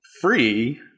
free